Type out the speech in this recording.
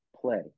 play